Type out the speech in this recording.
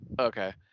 Okay